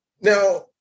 Now